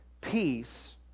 peace